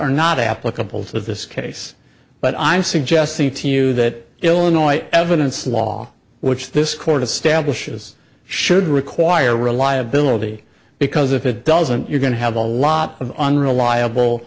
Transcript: are not applicable to this case but i'm suggesting to you that illinois evidence law which this court establishes should require reliability because if it doesn't you're going to have a lot of unreliable